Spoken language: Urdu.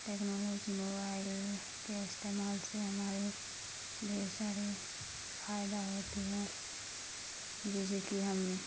ٹیکنالوجی موبائل کے استعمال سے ہمارے ڈھیر سارے فائدہ ہوتی ہے جیسے کہ ہم